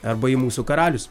arba į mūsų karalius